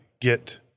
get